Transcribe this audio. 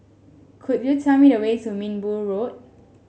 could you tell me the way to Minbu Road